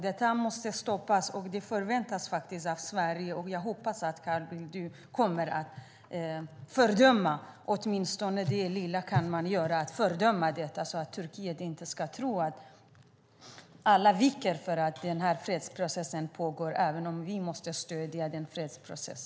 Detta måste stoppas. Det förväntas av Sverige att vi gör något. Jag hoppas att du kommer att fördöma detta, Carl Bildt. Åtminstone detta lilla kan man göra. Man kan fördöma detta så att Turkiet inte ska tro att alla viker sig eftersom fredsprocessen pågår, även om vi måste stödja denna fredsprocess.